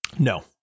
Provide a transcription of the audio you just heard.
no